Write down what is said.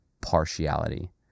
partiality